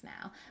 now